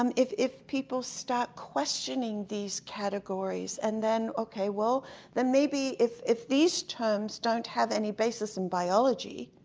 um if if people start questioning these categories, and then, okay, well, maybe then maybe if if these terms don't have any basis in biology,